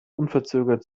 unverzögert